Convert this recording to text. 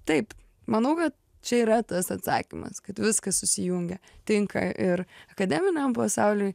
taip manau kad čia yra tas atsakymas kad viskas susijungia tinka ir akademiniam pasauliui